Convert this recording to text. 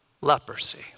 leprosy